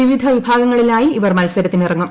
വിവിധ വിഭാഗങ്ങളിലായി ഇവർ മത്സരത്തിന് ഇറങ്ങും